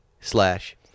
slash